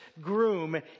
groom